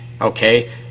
okay